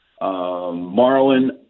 marlin